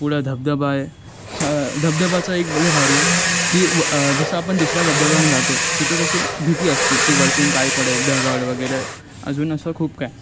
पुढं धबधबा आहे छ धबधब्याचं एक ब लई भारी आहे की व जसं आपण दुसऱ्या धबधब्यांना जातो तिथं कशी भीती असती की वरतून काय पडेल दगड वगैरे अजून असं खूप काय